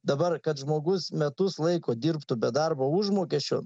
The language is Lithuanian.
dabar kad žmogus metus laiko dirbtų be darbo užmokesčio